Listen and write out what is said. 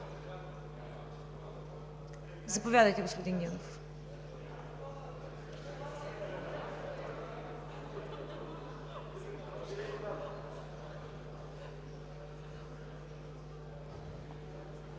Заповядайте, господин Генов.